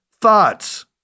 thoughts